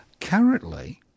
currently